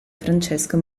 francesco